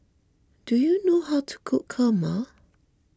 do you know how to cook Kurma